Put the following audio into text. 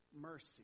mercy